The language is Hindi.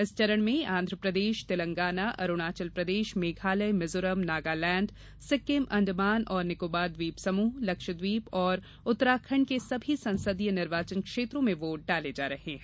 इस चरण में आंध्र प्रदेश तेलंगाना अरुणाचल प्रदेश मेघालय मिजोरम नगालैंड सिक्किम अंडमान और निकोबार द्वीप समूह लक्षद्वीप और उत्तराखंड के सभी संसदीय निर्वाचन क्षेत्रों में वोट डाले जा रहे हैं